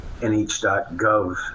nh.gov